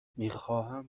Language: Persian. میخواهم